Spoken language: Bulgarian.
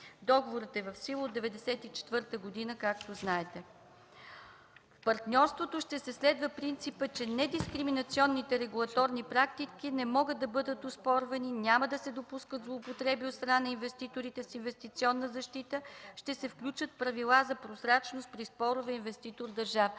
Договорът е в сила от 1994 г., както знаете. В партньорството ще се следва принципът, че недискриминационните регулаторни практики не могат да бъдат оспорвани, няма да се допускат злоупотреби от страна на инвеститорите с инвестиционната защита, ще се включат правила за прозрачност при спорове инвеститор-държава.